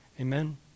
Amen